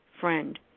friend